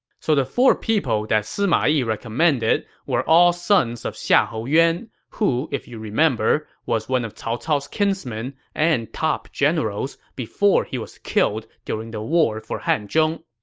so the four people that sima yi recommended were all sons of xiahou yuan, who, if you remember, was one of cao cao's kinsmen and top generals before he was killed during the war for hanzhong.